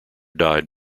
died